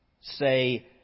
say